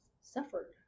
suffered